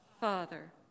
Father